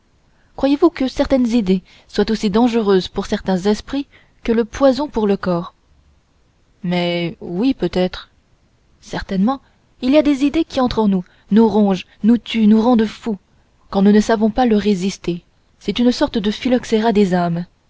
croyez-vous que certaines idées soient aussi dangereuses pour certains esprits que le poison pour le corps mais oui peut-être certainement il y a des idées qui entrent en nous nous rongent nous tuent nous rendent fou quand nous ne savons pas leur résister c'est une sorte de phylloxera des âmes